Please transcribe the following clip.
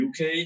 UK